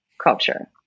culture